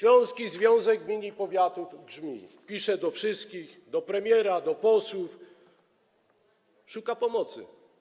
Śląski Związek Gmin i Powiatów grzmi, pisze do wszystkich, do premiera, do posłów, szuka pomocy.